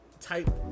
type